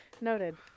Noted